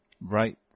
right